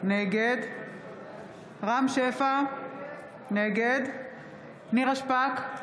נגד רם שפע, נגד נירה שפק,